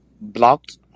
blocked